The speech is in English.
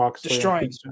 Destroying